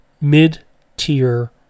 mid-tier